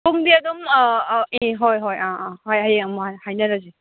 ꯄꯨꯡꯗꯤ ꯑꯗꯨꯝ ꯍꯣꯏ ꯍꯣꯏ ꯍꯣꯏ ꯍꯌꯦꯡ ꯑꯃꯨꯛ ꯍꯥꯏꯅꯔꯁꯤ